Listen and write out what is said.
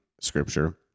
Scripture